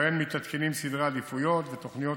ובהן מתעדכנים סדרי עדיפויות ותוכניות